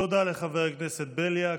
תודה לחבר הכנסת בליאק.